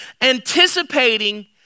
anticipating